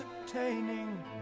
entertaining